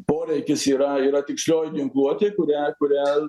poreikis yra yra tikslioji ginkluotė kurią kurią